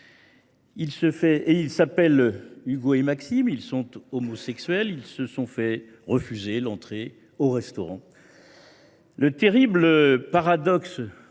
Ils s’appellent Ugo et Maxime. Ils sont homosexuels. Ils se sont fait refuser l’entrée d’un restaurant. Le terrible paradoxe